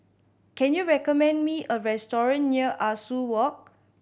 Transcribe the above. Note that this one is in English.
can you recommend me a restaurant near Ah Soo Walk